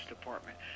Department